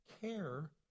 care